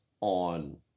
on